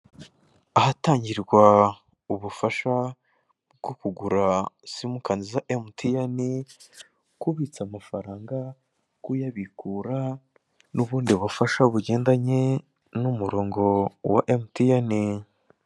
Ahatangirwa ubufasha bwo kugura simukadi za emutiyeni, kubitsa amafaranga, kuyabikura, n'ubundi bufasha bugendanye n'umurongo wa emutiyene.